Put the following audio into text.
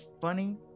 funny